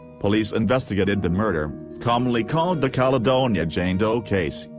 police investigated the murder, commonly called the caledonia jane doe case,